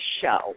show